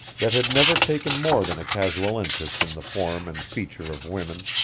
that had never taken more than a casual interest in the form and feature of women.